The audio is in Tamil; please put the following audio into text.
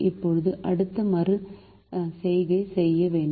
இப்போது அடுத்த மறு செய்கை செய்ய வேண்டும்